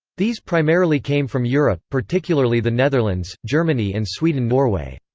these primarily came from europe, particularly the netherlands, germany and sweden-norway.